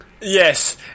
Yes